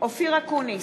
אופיר אקוניס,